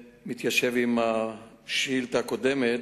ביום י"ח בסיוון התשס"ט (10 ביוני 2009):